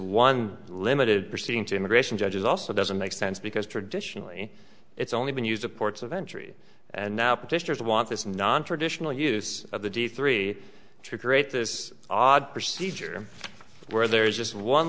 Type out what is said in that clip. one limited proceeding to immigration judges also doesn't make sense because traditionally it's only been used at ports of entry and now petitioners want this nontraditional use of the d three true great this odd procedure where there is just one